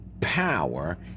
power